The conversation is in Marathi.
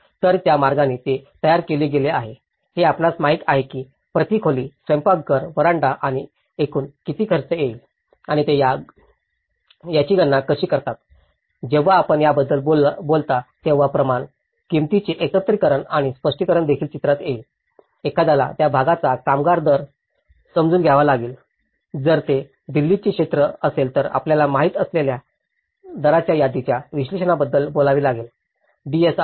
तर त्या मार्गाने ते तयार केले गेले आहेत हे आपणास माहित आहे की प्रति खोली स्वयंपाकघर व्हरांडा आणि एकूण किती खर्च येईल आणि ते याची गणना कशी करतात जेव्हा आपण याबद्दल बोलता तेव्हा प्रमाण किंमतीचे एकत्रिकरण आणि स्पष्टीकरण देखील चित्रात येईल एखाद्याला त्या भागाचा कामगार दर समजून घ्यावा लागेल जर ते दिल्लीचे क्षेत्र असेल तर आपल्याला माहित असलेल्या दराच्या यादीच्या विश्लेषणाबद्दल बोलावे लागेल डीएसआर